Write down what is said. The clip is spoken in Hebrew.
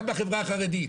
גם בחברה החרדית.